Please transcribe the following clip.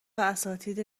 اساتید